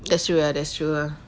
that's true lah that's true lah